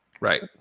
Right